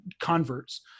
converts